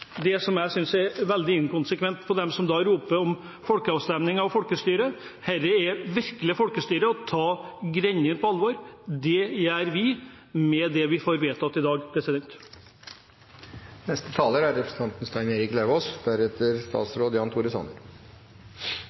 nettopp dette jeg synes er veldig inkonsekvent av dem som roper om folkeavstemning og folkestyre. Det er virkelig folkestyre å ta grender på alvor. Det gjør vi med det vi får vedtatt i dag. Jeg registrerer at representanten